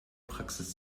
praxis